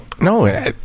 No